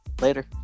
Later